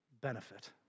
benefit